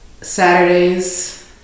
Saturdays